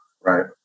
Right